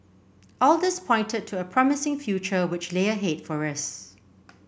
all this pointed to a promising future which lay ahead for us